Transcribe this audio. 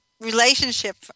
relationship